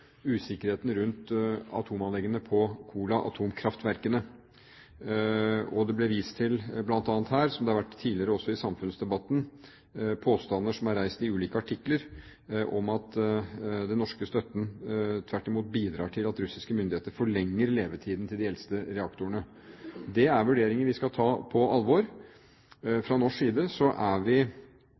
usikkerheten rundt atomkraftverket på Kola, og det har også tidligere i samfunnsdebatten vært påstander i ulike artikler om at den norske støtten tvert imot bidrar til at russiske myndigheter forlenger levetiden til de eldste reaktorene. Det er vurderinger vi skal ta på alvor. Fra norsk side er vi